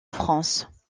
france